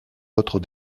votre